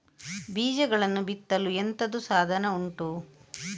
ಬೀಜಗಳನ್ನು ಬಿತ್ತಲು ಎಂತದು ಸಾಧನ ಉಂಟು?